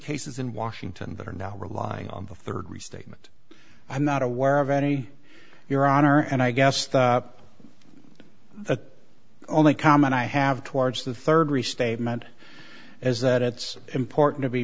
cases in washington that are now relying on the third restatement i'm not aware of any your honor and i gassed up the only comment i have towards the third restatement is that it's important to be